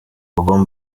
bagomba